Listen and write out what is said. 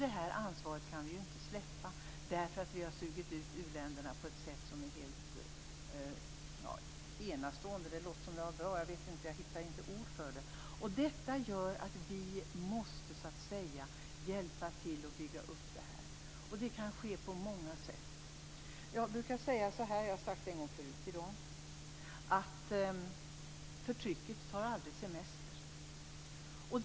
Detta ansvar kan vi inte släppa, för vi har sugit ut uländerna på ett sätt som är helt enastående. När jag säger "enastående" låter det som om det var något bra. Jag hittar inte ord för det. Det gör att vi måste hjälpa till att bygga upp detta. Det kan ske på många sätt. Jag brukar säga - jag har sagt det en gång förut i dag - att förtrycket aldrig tar semester.